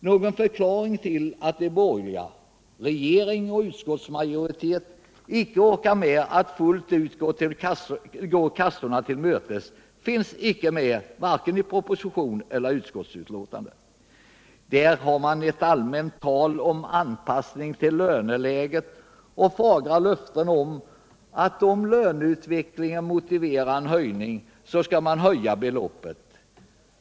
Någon förklaring till att de borgerliga, regering och utskottsmajoritet, icke orkar med att fullt ut gå kassorna till mötes finns inte, vare sig i propositionen eller i utskottsbetänkandet. Där förs ett allmänt tal om anpassning till löneläget, och det ges fagra löften om att om löneutvecklingen motiverar en höjning så skall man höja beloppet.